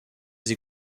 vous